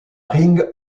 ring